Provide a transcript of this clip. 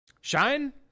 Shine